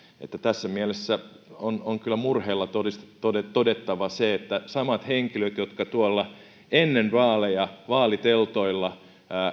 että tässä mielessä on on kyllä murheella todettava todettava se että samat henkilöt jotka tuolla ennen vaaleja vaaliteltoilla